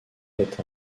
est